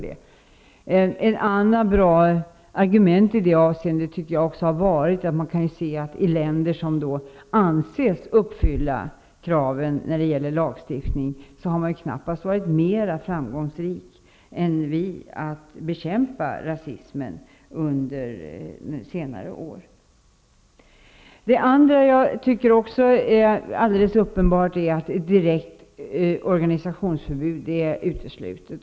Ett annat bra argument i detta avseende har varit att länder som anses uppfylla kraven knappast har varit mer framgångsrika än vi när det gäller att bekämpa rasismen under senare år. För det andra är det alldeles uppenbart att ett direkt organisationsförbud är uteslutet.